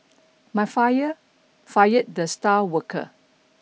my fire fired the star worker